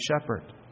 shepherd